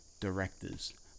directors